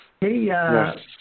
Hey